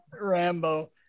Rambo